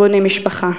בונים משפחה.